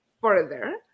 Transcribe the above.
further